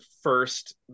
first